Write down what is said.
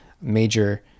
major